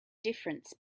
difference